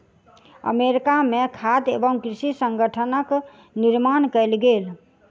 America में खाद्य एवं कृषि संगठनक निर्माण कएल गेल